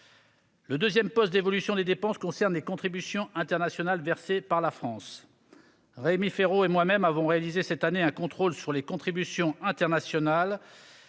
Le deuxième poste d'évolution des dépenses concerne les contributions internationales versées par la France. Rémi Féraud et moi-même avons réalisé cette année un contrôle sur les contributions internationales